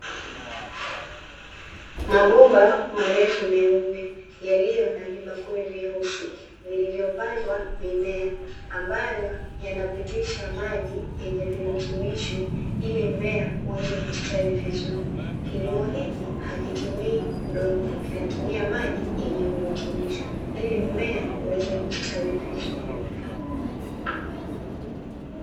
Mabomba marefu meupe yaliyo na vibakuli vyeusi vilivyopandwa mimea ambayo yanapitisha maji yenye virutubisho ili mmea uweze kustawi vizuri. Kilimo hiki hakitumii udongo kinatumia maji yenye virutubisho ili mmea uweze kustawi vizuri.